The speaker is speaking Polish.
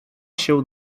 się